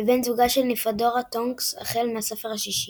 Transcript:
ובן זוגה של נימפדורה טונקס החל מהספר השישי.